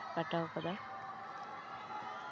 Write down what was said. ᱠᱟᱴᱟᱣ ᱠᱟᱫᱟ